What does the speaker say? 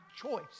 choice